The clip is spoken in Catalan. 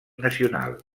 nacional